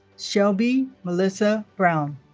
shelby melissa brown